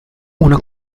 una